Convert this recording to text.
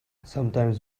sometimes